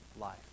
life